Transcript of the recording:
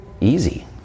easy